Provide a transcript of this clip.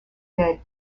dead